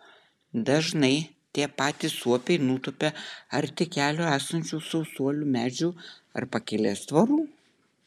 dažnai tie patys suopiai nutupia arti kelio esančių sausuolių medžių ar pakelės tvorų